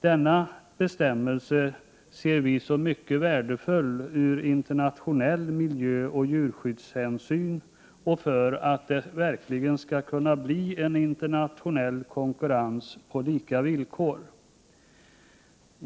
Denna bestämmelse ser vi som mycket värdefull ur internationell miljöoch djurskyddssynvikel och för att det verkligen skall kunna bli en internationell konkurrens på lika villkor.